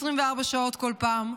24 שעות כל פעם,